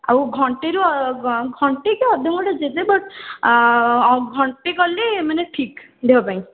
ଆଉ ଘଣ୍ଟେରୁ ଘଣ୍ଟେ କି ଅଧ ଘଣ୍ଟେ ଦେବେ ବଟ୍ ଘଣ୍ଟେ କଲେ ମାନେ ଠିକ୍ ଦେହ ପାଇଁ